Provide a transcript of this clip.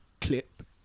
clip